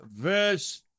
verse